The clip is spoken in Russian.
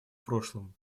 прошлом